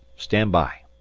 stand by!